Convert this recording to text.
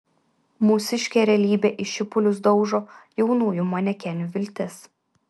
mūsiškė realybė į šipulius daužo jaunųjų manekenių viltis